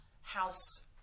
house